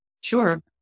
Sure